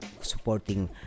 supporting